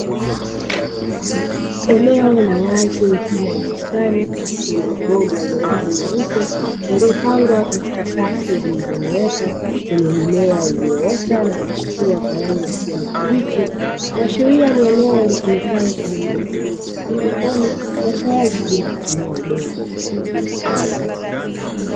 Eneo la wazi mfano wa bustani lenye mabomba ya rangi nyeupe iliyopangwa katika safu zilizonyooka zenye mimea iliyoota na kuchipua kwa rangi ya kijani kibichi kuashiria ni eneo litumikalo kwaajili ya kilimo cha haidroponi cha sayansi bila kutumia udongo.